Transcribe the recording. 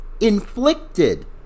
inflicted